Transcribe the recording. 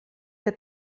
que